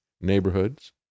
neighborhoods